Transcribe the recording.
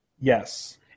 Yes